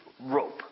rope